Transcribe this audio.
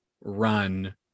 run